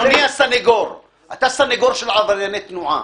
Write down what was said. העניין היחיד שבאמת כאילו הוא ההערה של חאג' יחיא.